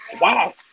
wow